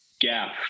gap